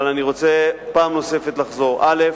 אבל אני רוצה פעם נוספת לומר, א.